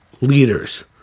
leaders